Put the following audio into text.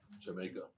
Jamaica